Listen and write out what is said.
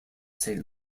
saint